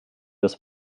das